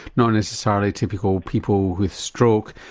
not necessarily typical people with stroke,